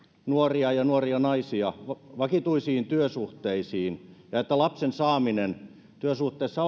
nuoria ja nuoria naisia vakituisiin työsuhteisiin ja että lapsen saaminen työsuhteessa